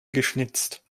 geschnitzt